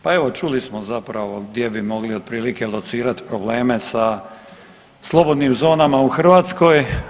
Pa evo čuli smo zapravo gdje bi mogli otprilike locirat probleme sa slobodnim zonama u Hrvatskoj.